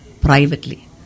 privately